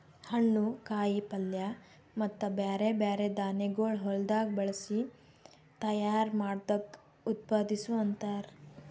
ಹಣ್ಣು, ಕಾಯಿ ಪಲ್ಯ ಮತ್ತ ಬ್ಯಾರೆ ಬ್ಯಾರೆ ಧಾನ್ಯಗೊಳ್ ಹೊಲದಾಗ್ ಬೆಳಸಿ ತೈಯಾರ್ ಮಾಡ್ದಕ್ ಉತ್ಪಾದಿಸು ಅಂತಾರ್